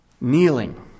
Kneeling